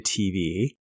TV